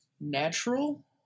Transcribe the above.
natural